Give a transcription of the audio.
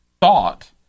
thought